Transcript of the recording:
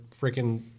freaking